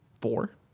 four